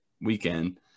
weekend